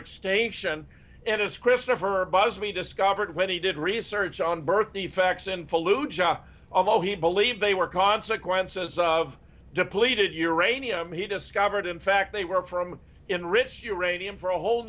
extinction and as christopher buzz we discovered when he did research on birth defects in fallujah although he believed they were consequences of depleted uranium he discovered in fact they were from enrich uranium for a whole